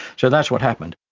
so that's what happened.